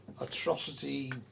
atrocity